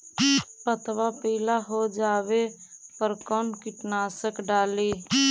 पतबा पिला हो जाबे पर कौन कीटनाशक डाली?